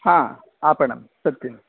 हा आपणं सत्यम्